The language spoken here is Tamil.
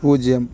பூஜ்ஜியம்